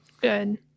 Good